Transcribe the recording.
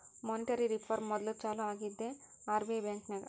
monetary reform ಮೋದುಲ್ ಚಾಲೂ ಆಗಿದ್ದೆ ಆರ್.ಬಿ.ಐ ಬ್ಯಾಂಕ್ನಾಗ್